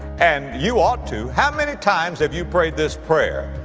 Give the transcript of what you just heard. and you ought to. how many times have you prayed this prayer,